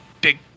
Big